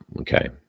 Okay